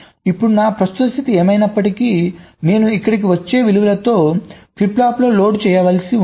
ఇప్పుడు నా ప్రస్తుత స్థితి ఏమైనప్పటికీ నేను ఇక్కడకు వచ్చే విలువలతో ఫ్లిప్ ఫ్లాప్లను లోడ్ చేయాల్సి ఉంటుంది